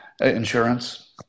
Insurance